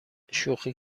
شوخی